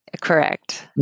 Correct